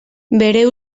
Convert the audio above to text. bere